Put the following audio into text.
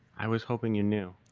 i was hoping you knew.